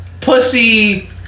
Pussy